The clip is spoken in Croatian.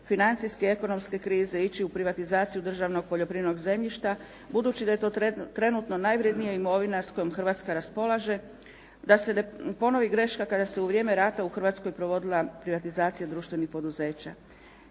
financijske i ekonomske krize ići u privatizaciju državnog poljoprivrednog zemljišta budući da je to trenutno najvrjednija imovina s kojom Hrvatska raspolaže, da se ne ponovi greška kada se u vrijeme rata u Hrvatskoj provodila privatizacija društvenih poduzeća.